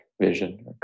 vision